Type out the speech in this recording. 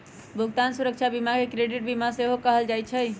भुगतान सुरक्षा बीमा के क्रेडिट बीमा सेहो कहल जाइ छइ